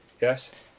Yes